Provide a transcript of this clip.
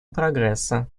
прогресса